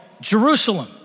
Jerusalem